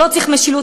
לא צריך משילות.